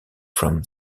from